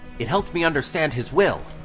it helped me understand his will.